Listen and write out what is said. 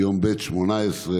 ביום ב' 18 אנשים.